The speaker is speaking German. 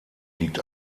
liegt